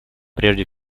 прежде